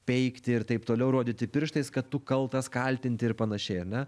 peikti ir taip toliau rodyti pirštais kad tu kaltas kaltinti ir panašiai ar ne